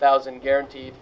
thousand guaranteed